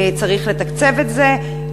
צריך לתקצב את זה.